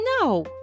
No